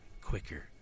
quicker